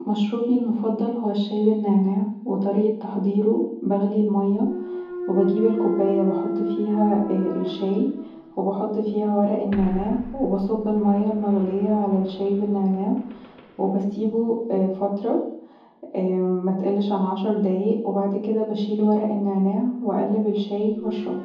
مشروبي المفضل هو الشاي بالنعناع وطريقة تحضيره بغلي الميه واجيب الكوبايه واحط فيها الشاي وبحط فيها ورق النعناع وبصب الميه المغليه علي الشاي بالنعناع وبسيبه فتره متقلش عن عشر دقايق وبعد كدا بشيل ورق النعناع وأقلب الشاي وأشربه